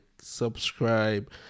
subscribe